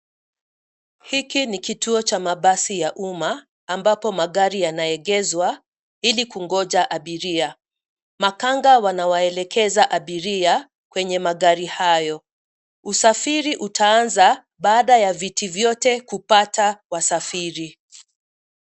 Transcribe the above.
Hiki ni kituo cha mabasi ya umma ambapo magari yanaegezwa ili kungoja abiria. Makanga wanawaelekeza abiria kwenye magari hayo. Usafiri utaanza baada ya viti vyote kupata wasafiri.